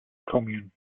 commune